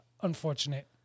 unfortunate